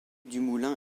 dumoulin